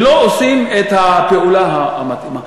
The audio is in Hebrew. ולא עושים את הפעולה המתאימה.